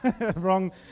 wrong